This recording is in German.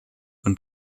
und